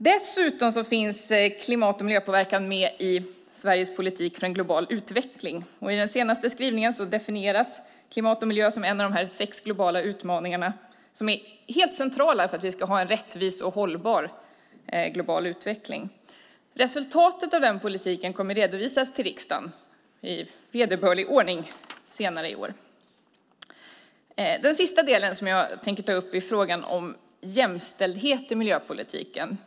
Dessutom finns klimat och miljöpåverkan med i Sveriges politik för en global utveckling. I den senaste skrivningen definieras klimat och miljö som en av de sex globala utmaningar som är helt centrala för att vi ska ha en rättvis och hållbar global utveckling. Resultatet av den politiken kommer att redovisas till riksdagen i vederbörlig ordning senare i år. Den sista del som jag tänker ta upp är frågan om jämställdhet i miljöpolitiken.